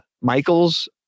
Michael's